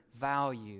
value